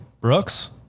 Brooks